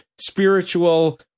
spiritual